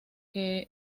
los